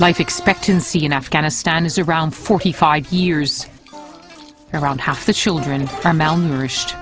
life expectancy in afghanistan is around forty five years around half the children are malnourished